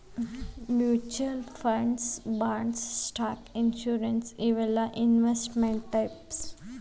mutual funds bonds stock insurance ಇವೆಲ್ಲಾ investment types